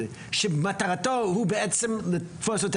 מלכוד שמטרתו הוא בעצם לתפוס,